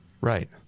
Right